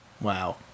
Wow